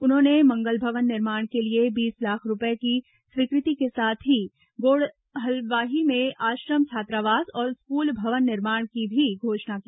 उन्होंने मंगलभवन निर्माण के लिए बीस लाख रूपए की स्वीकृति के साथ ही गोड़लवाही में आश्रम छात्रावास और स्कूल भवन निर्माण की भी घोषणा की